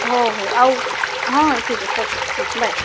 ହୋଉ ହୋଉ ଆଉ ହଁ ଠିକ୍ ଅଛି ଓକେ ହଁ ବାଏ